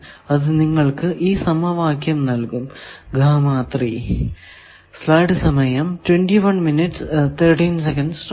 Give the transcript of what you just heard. അത് നിങ്ങൾക്കു ഈ സമവാക്യം നൽകും ഗാമ 3